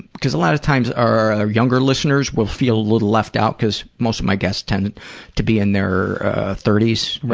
because a lot of times our younger listeners will feel a little left out because most of my guests tend to be in their thirty s,